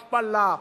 השפלה,